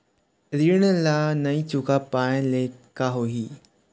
ऋण ला नई चुका पाय ले का होही?